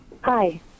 Hi